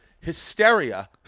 hysteria